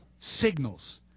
signals